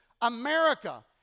America